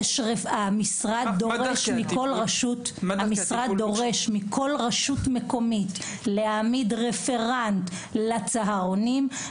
המשרד דורש מכל רשות מקומית להעמיד רפרנט לצהרונים.